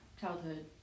childhood